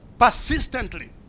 persistently